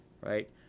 right